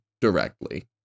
directly